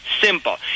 simple